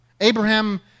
Abraham